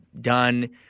done